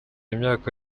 imyaka